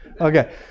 Okay